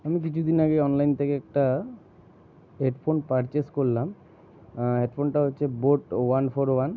আমি কিছুদিন আগে অনলাইন থেকে একটা হেডফোন পারচেস করলাম হেডফোনটা হচ্ছে বোট ওয়ান ফোর ওয়ান